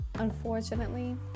unfortunately